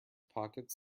pockets